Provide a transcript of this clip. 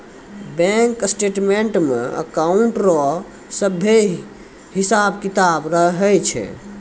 bank statements मे account रो सभे हिसाब किताब रहै छै